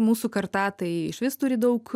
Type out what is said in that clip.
mūsų karta tai išvis turi daug